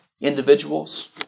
individuals